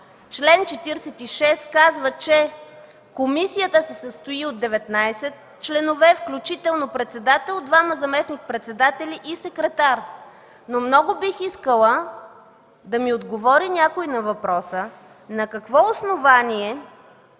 чл. 46, казва, че комисията се състои от 19 членове, включително председател, двама заместник-председатели и секретар, но много бих искала да ми отговори някой на въпроса: на какво основание